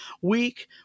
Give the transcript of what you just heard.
week